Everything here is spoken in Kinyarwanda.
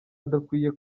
adakwiye